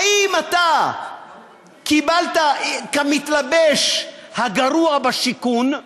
האם אתה קיבלת, כמתלבש הגרוע בשיכון,